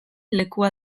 lekua